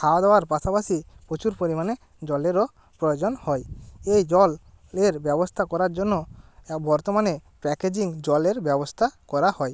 খাওয়া দাওয়ার পাশাপাশি প্রচুর পরিমাণে জলেরও প্রয়োজন হয় এই জলের ব্যবস্থা করার জন্য বর্তমানে প্যাকেজিং জলের ব্যবস্থা করা হয়